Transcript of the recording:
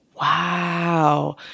Wow